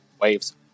waves